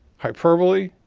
hyperbole,